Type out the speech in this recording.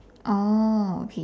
oh okay